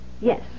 Yes